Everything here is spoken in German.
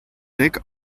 deck